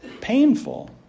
painful